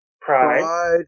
Pride